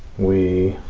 we,